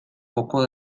poco